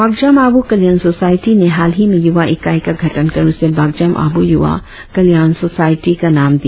बागजाम आबू कल्याण सोसायटी ने हाल ही में यूवा इकाई का गठन कर उसे बागजाम आबू युवा कल्याण सोसायटी का नाम दिया